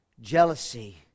Jealousy